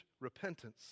repentance